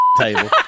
table